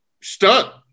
stuck